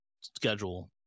schedule